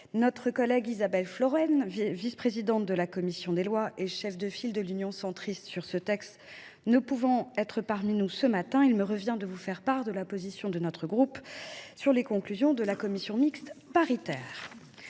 notre collègue Isabelle Florennes, vice présidente de la commission des lois et cheffe de file du groupe Union Centriste sur ce texte, ne pouvant être parmi nous ce matin, il me revient de vous faire part de la position de notre groupe sur les conclusions de la commission mixte paritaire.